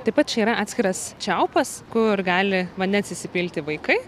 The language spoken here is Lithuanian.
taip pat čia yra atskiras čiaupas kur gali vandens įsipilti vaikai